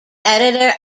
editor